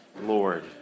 Lord